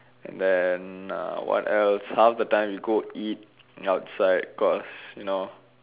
and then what else half the time we go eat outside cause you know